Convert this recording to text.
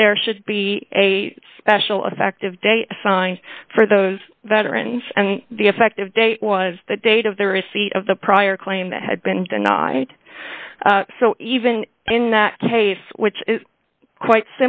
that there should be a special effective date assigned for those veterans and the effective date was the date of the receipt of the prior claim that had been denied so even in that case which is quite